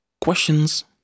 questions